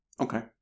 Okay